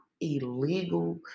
illegal